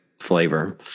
flavor